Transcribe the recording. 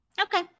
Okay